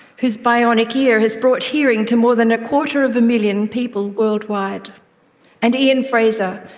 whose bionic ear has brought hearing to more than a quarter of a million people worldwide and ian frazer,